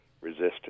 Resistance